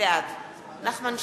בעד נחמן שי,